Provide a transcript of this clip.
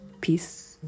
Peace